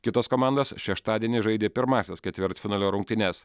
kitos komandos šeštadienį žaidė pirmąsias ketvirtfinalio rungtynes